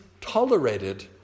tolerated